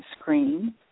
screen